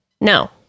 No